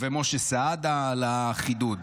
ומשה סעדה על החידוד.